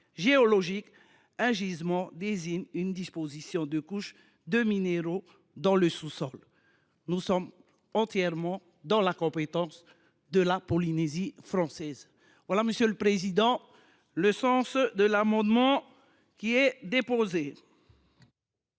géologique, un gisement désigne une disposition de couches de minéraux dans le sous sol. Nous sommes entièrement dans la compétence de la Polynésie française ! Tel est le sens de cet amendement. Quel est l’avis